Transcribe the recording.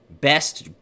best